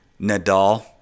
Nadal